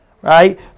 right